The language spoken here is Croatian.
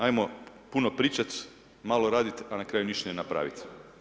Ajmo puno pričat, malo raditi, a na kraju ništa ne napraviti.